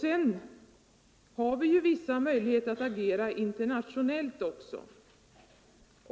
Sedan har vi möjligheter att agera via internationella organ.